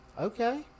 Okay